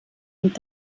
und